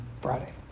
Friday